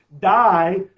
die